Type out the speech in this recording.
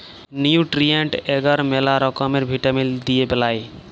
nutrient এগার ম্যালা রকমের ভিটামিল দিয়ে বেলায়